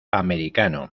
americano